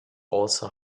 also